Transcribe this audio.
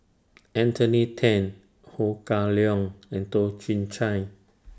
Anthony Then Ho Kah Leong and Toh Chin Chye